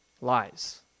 Lies